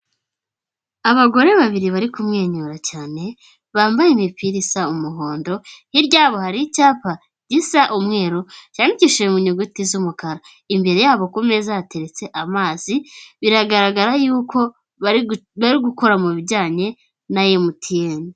Abagore babiri bari kumwenyura cyane, bambaye imipira isa umuhondo, hirya yabo hari icyapa gisa umweru cyadikishije mu nyuguti z'umukara, imbere yabo kumeza hateretse amazi biragaragara yuko bari gukora mu bijyanye na emutiyeni.